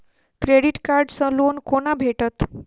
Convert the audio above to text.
Credit card सँ loan कोना भेटत?